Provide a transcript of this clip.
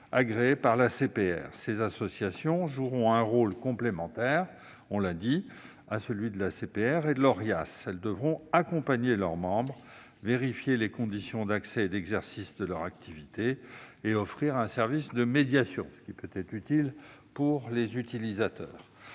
agréée par l'ACPR. Ces associations joueront un rôle complémentaire de celui de l'ACPR et de l'Orias. Elles devront accompagner leurs membres, vérifier les conditions d'accès et d'exercice des activités et offrir un service de médiation, ce qui peut être fructueux pour les utilisateurs.